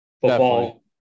Football